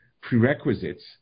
prerequisites